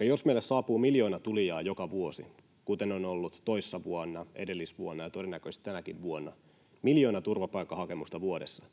Jos meille saapuu miljoona tulijaa joka vuosi, kuten on ollut toissa vuonna, edellisvuonna ja todennäköisesti tänäkin vuonna, miljoona turvapaikkahakemusta vuodessa,